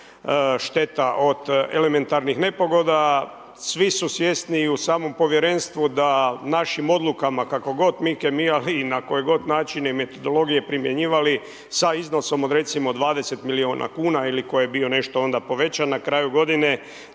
šteta od elementarnih nepogoda, svi su svjesni i u samom povjerenstvu, da našim odlukama, kako god mi kemijali i na koje god načine metodologije primjenjivali sa iznosom od recimo 20 milijuna kuna ili koje bio nešto onda povećan na kraju g. ne